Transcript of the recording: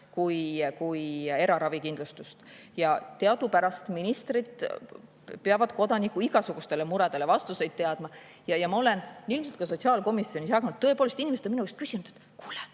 kui eraravikindlustust. Teadupärast ministrid peavad kodaniku igasugustele muredele vastuseid teadma ja ma olen ilmselt ka sotsiaalkomisjonile jaganud, et tõepoolest, inimesed on minu käest küsinud: "Kuule,